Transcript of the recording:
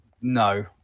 no